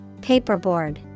Paperboard